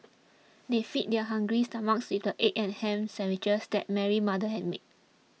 they fed their hungry stomachs with the egg and ham sandwiches that Mary's mother had made